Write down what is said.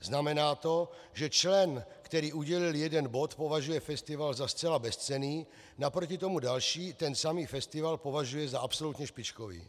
Znamená to, že člen, který udělil jeden bod, považuje festival za zcela bezcenný, naproti tomu další ten samý festival považuje za absolutně špičkový.